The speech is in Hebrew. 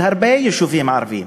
אלא של הרבה יישובים ערביים.